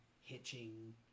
hitching